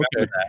okay